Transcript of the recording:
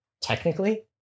technically